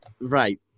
Right